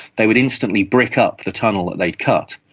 they would instantly brick up the tunnel that they'd cut.